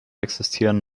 existieren